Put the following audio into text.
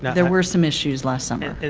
there were some issues last summer,